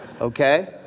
okay